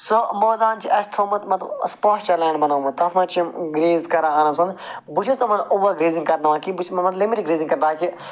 سُہ مٲدان چھِ اَسہِ تھومُت مَطلَب اَسہِ پاسچر لینٛڈ بَنومُت تتھ مَنٛز چھِ یِم گرٛیز کران آرام سان بہٕ چھُس تِمَن اوٚوَر گرٛیزِنٛگ کرناوان کِہیٖنۍ بہٕ چھُس تِمَن لِمِٹ گرٛیزِنٛگ کر تاکہِ